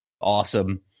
awesome